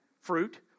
fruit